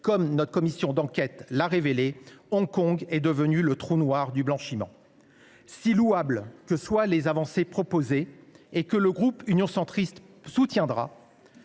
Comme notre commission d’enquête l’a révélé, Hong Kong est devenu le trou noir du blanchiment. Si louables que soient les avancées proposées dans ce texte, que le groupe Union Centriste soutiendra,